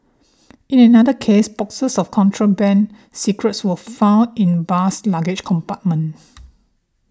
in another case boxes of contraband cigarettes were found in bus's luggage compartment